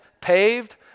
paved